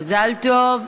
מזל טוב.